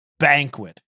Banquet